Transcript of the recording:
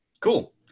Cool